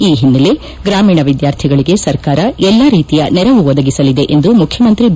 ಈ ಹಿನ್ನೆಲೆ ಗ್ರಾಮೀಣ ವಿದ್ಯಾರ್ಥಿಗಳಿಗೆ ಸರ್ಕಾರ ಎಲ್ಲಾ ರೀತಿಯ ನೆರವು ಒದಗಿಸಲಿದೆ ಎಂದು ಮುಖ್ಯಮಂತ್ರಿ ಬಿ